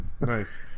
Nice